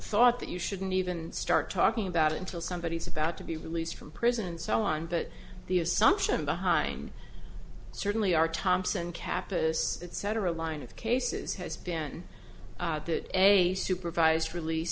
thought that you shouldn't even start talking about it until somebody is about to be released from prison and so on but the assumption behind certainly our thompson capice etc line of cases has been that a supervised rel